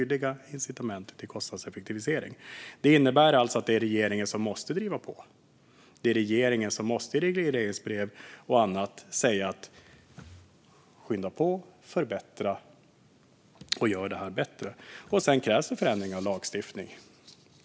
Detta innebär alltså att det är regeringen som måste driva på och i regleringsbrev och annat säga: Skynda på, förbättra och gör detta bättre. Sedan krävs det förändringar av lagstiftning.